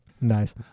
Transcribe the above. Nice